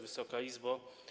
Wysoka Izbo!